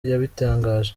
yabitangaje